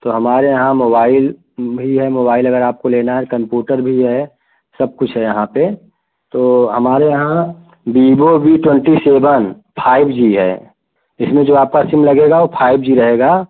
तो हमारे यहाँ मोबाइल भी है मोबाइल अगर आपको लेना है कम्पूटर भी है सब कुछ है यहाँ पर तो हमारे यहाँ Vivo V twenty seven five G है इसमें जो आपका सिम लगेगा वह फाइव जी रहेगा